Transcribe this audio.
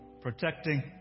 protecting